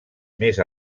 més